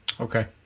Okay